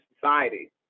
society